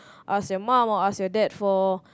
ask your mum or ask your dad for